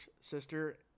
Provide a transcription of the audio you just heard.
sister